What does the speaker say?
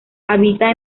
habita